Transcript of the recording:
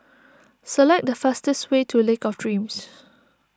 select the fastest way to Lake of Dreams